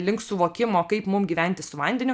link suvokimo kaip mum gyventi su vandeniu